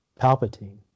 Palpatine